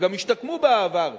וגם השתקמו בעבר,